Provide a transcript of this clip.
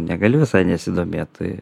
negali visai nesidomėt tai